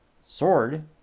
Sword